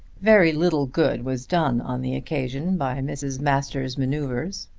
very little good was done on the occasion by mrs. masters' manoeuvres.